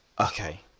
okay